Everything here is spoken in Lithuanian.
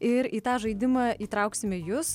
ir į tą žaidimą įtrauksime jus